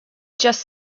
just